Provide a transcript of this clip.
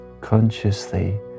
consciously